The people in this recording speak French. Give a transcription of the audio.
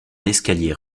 escalier